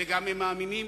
וגם הם מאמינים,